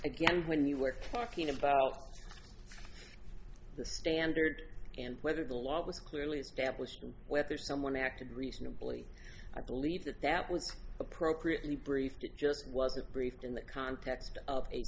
again when you were talking about the standard and whether the law was clearly established whether someone acted reasonably i believe that that was appropriately briefed it just wasn't briefed in the context of